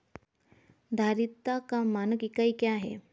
धारिता का मानक इकाई क्या है?